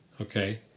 Okay